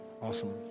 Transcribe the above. Awesome